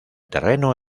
terreno